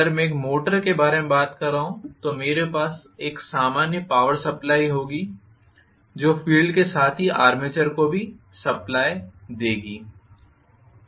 अगर मैं एक मोटर के बारे में बात कर रहा हूं तो मेरे पास एक सामान्य पॉवर सप्लाइ होगी जो फील्ड के साथ ही आर्मेचर को भी सप्लाइ आपूर्ति देगी